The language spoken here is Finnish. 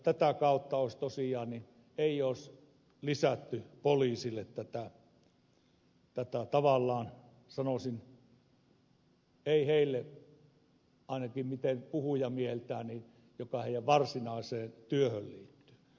tätä kautta ei olisi lisätty poliisille tätä työtä joka ei tavallaan sanoisin ainakin näin puhuja mieltää heidän varsinaiseen työhönsä liity